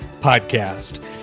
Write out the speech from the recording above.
Podcast